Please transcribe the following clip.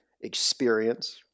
experience